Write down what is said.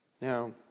Now